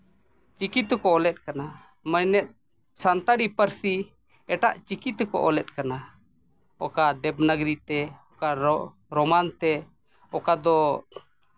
ᱪᱤᱠᱤ ᱛᱮᱠᱚ ᱚᱞᱮᱫ ᱠᱟᱱᱟ ᱢᱟᱱᱮ ᱥᱟᱱᱛᱟᱲᱤ ᱯᱟᱹᱨᱥᱤ ᱮᱴᱟᱜ ᱪᱤᱠᱤ ᱛᱮᱠᱚ ᱚᱞᱮᱫ ᱠᱟᱱᱟ ᱚᱠᱟ ᱫᱮᱵᱽᱱᱟᱜᱚᱨᱤ ᱛᱮ ᱚᱠᱟ ᱨᱳᱢᱟᱱ ᱛᱮ ᱚᱠᱟ ᱫᱚ